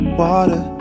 water